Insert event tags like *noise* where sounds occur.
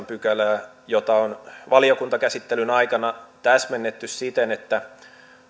*unintelligible* pykälää jota on valiokuntakäsittelyn aikana täsmennetty siten että